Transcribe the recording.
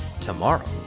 tomorrow